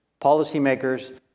policymakers